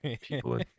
people